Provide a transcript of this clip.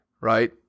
right